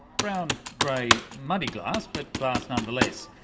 brown grey muddy glass, but glass nonetheless.